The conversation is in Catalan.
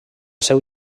seu